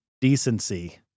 decency